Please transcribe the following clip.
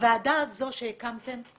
הוועדה הזאת שהקמתם,